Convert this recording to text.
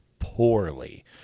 poorly